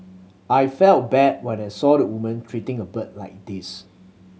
I felt bad when I saw the woman treating a bird like this